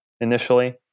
initially